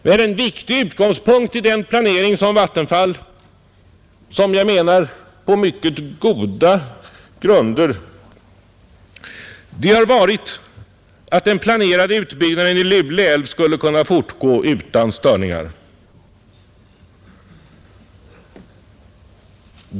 Men en viktig utgångspunkt i den planering Vattenfall gjort — enligt min mening på mycket goda grunder — har varit att den planerade utbyggnaden i Luleälv skulle kunna fortgå utan störningar.